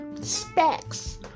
specs